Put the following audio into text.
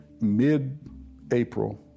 Mid-April